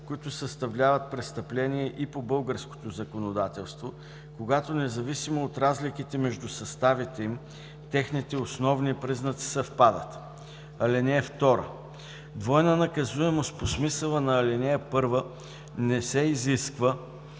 които съставляват престъпление и по българското законодателство, когато независимо от разликите между съставите им техните основни признаци съвпадат. (2) Двойна наказуемост по смисъла на ал. 1 не се изисква